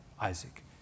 Isaac